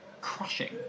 crushing